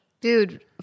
Dude